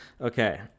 Okay